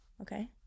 Okay